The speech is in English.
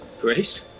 Grace